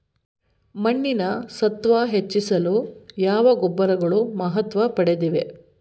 ಮಣ್ಣಿನ ಸತ್ವ ಹೆಚ್ಚಿಸಲು ಯಾವ ಗೊಬ್ಬರಗಳು ಮಹತ್ವ ಪಡೆದಿವೆ?